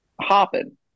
hopping